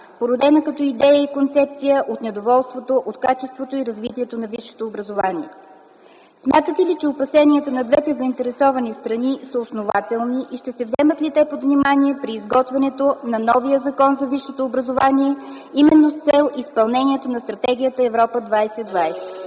породена като идея и концепция от недоволството от качеството и развитието на висшето образование. Смятате ли, че опасенията на двете заинтересовани страни са основателни? Ще се вземат ли те под внимание при изготвянето на новия Закон за висшето образование именно с цел изпълнението на Стратегията „Европа – 2020”.